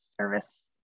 Service